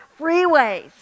freeways